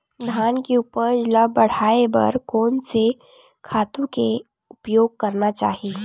धान के उपज ल बढ़ाये बर कोन से खातु के उपयोग करना चाही?